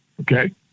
Okay